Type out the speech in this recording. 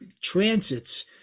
transits